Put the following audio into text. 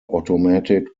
automatic